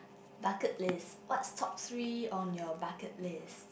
bucket list what's top three on your bucket list